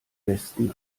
westen